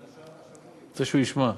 אני רוצה שהוא ישמע,